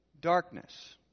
Darkness